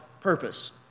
purpose